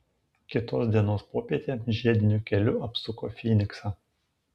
kitos dienos popietę žiediniu keliu apsuko fyniksą